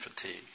fatigue